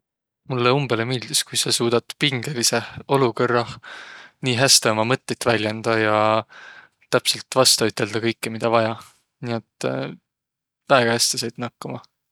Mullõ umbõlõ miildüs, kuis saq suudat pingõlidsõh olukõrrah uma mõttit väljendäq ja täpselt vasta üteldäq midä vaja. Nii, et väega häste sait nakkama.